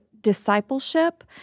discipleship